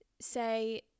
say